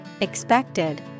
expected